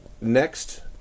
next